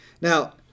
Now